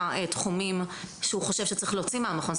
תחומים שהוא חשוב שצריך להוציא מהמכון.